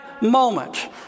moment